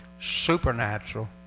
supernatural